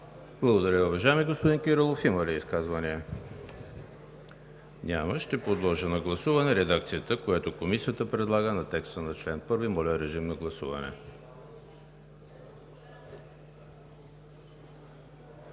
Благодаря, уважаеми господин Кирилов. Има ли изказвания? Няма. Ще подложа на гласуване редакцията, която Комисията предлага на текста на чл. 1. Моля, гласувайте.